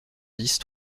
dix